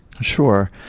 Sure